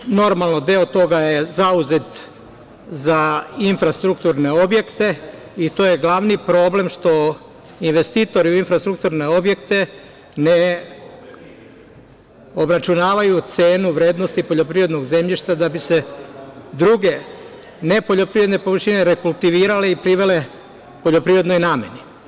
Dalje, normalno, deo toga je zauzet za infrastrukturne objekte i to je glavni problem što investitori u infrastrukturne objekte ne obračunavaju cenu vrednosti poljoprivrednog zemljišta da bi se druge nepoljoprivredne površine rekultivirale i privele poljoprivrednoj nameni.